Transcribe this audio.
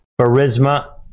charisma